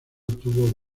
tuvo